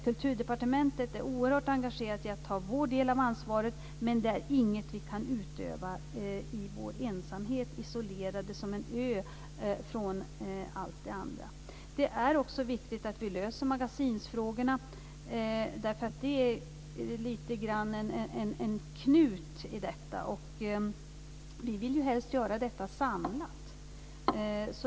Kulturdepartementet är oerhört engagerat i att ta sin del av ansvaret, men det är inget vi kan utöva i vår ensamhet, isolerade som en ö från allt det andra. Det är också viktigt att vi löser magasinsfrågorna. De är lite grann en knut i detta. Vi vill helst göra detta samlat.